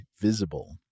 Visible